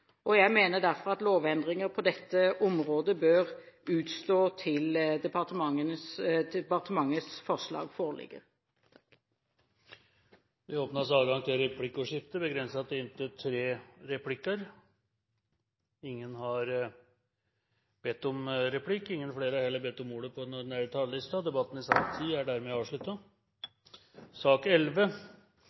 Jeg mener derfor at lovendringer på dette området bør utstå til departementets forslag foreligger. Flere har ikke bedt om ordet til sak nr. 10. Ingen har bedt om ordet. Ingen har bedt om ordet. Da er vi klare til å gå til votering. Under debatten